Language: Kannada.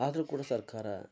ಆದರೂ ಕೂಡ ಸರ್ಕಾರ